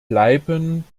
bleiben